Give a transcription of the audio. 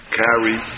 carry